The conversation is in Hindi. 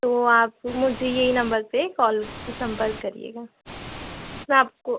तो आप मुझे यही नंबर पे कॉल संपर्क करिएगा मैं आपको